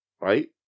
right